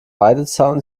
weidezaun